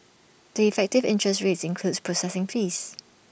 the effective interest rates includes processing fees